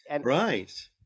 Right